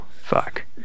Fuck